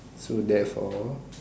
so therefore